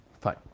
Fine